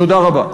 תודה רבה.